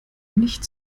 nicht